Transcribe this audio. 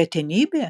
retenybė